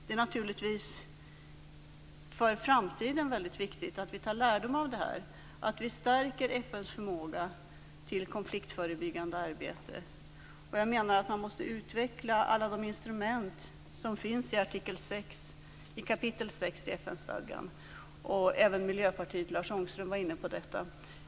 Det är naturligtvis för framtiden väldigt viktigt att vi tar lärdom av det här, att vi stärker FN:s förmåga till konfliktförebyggande arbete. Jag menar att man måste utveckla alla de instrument som finns i kapitel 6 i FN-stadgan. Även Miljöpartiets Lars Ångström var inne på detta.